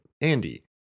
Andy